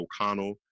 O'Connell